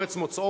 ארץ מוצאו,